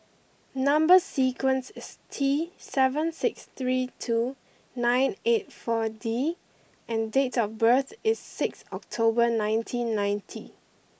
number sequence is T seven six three two nine eight four D and date of birth is six October nineteen ninety